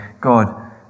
God